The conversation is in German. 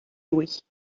durch